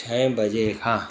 छहे बजे खां